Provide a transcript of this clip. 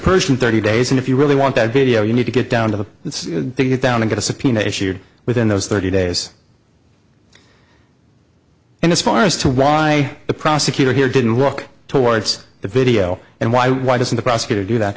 persian thirty days and if you really want that video you need to get down to take it down and get a subpoena issued within those thirty days and as far as to why the prosecutor here didn't walk towards the video and why why doesn't the prosecutor do that